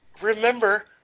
remember